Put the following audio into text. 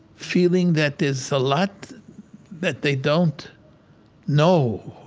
feeling that there's a lot that they don't know,